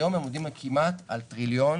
היום הם עומדים כמעט על טריליון